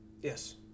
Yes